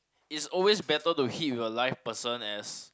is always better to hit with a live person as